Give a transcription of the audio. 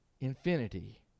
Infinity